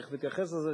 תיכף אתייחס לזה,